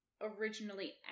originally